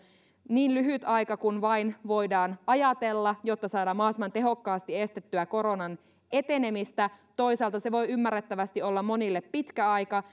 niin lyhyt aika kuin vain voidaan ajatella jotta saadaan mahdollisimman tehokkaasti estettyä koronan etenemistä toisaalta se voi ymmärrettävästi olla monille pitkä aika